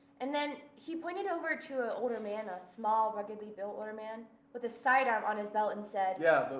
and then he pointed over to an ah older man, a small ruggedly built older man with the side arm on his belt and said yeah,